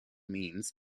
means